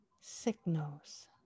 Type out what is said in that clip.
signals